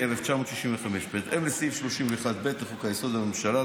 התשכ"ה 1965. בהתאם לסעיף 31ב לחוק-יסוד: הממשלה,